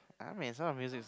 I mean Sound-of-Music is